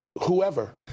whoever